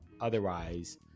otherwise